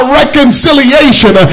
reconciliation